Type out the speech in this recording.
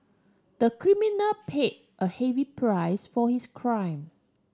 the criminal pay a heavy price for his crime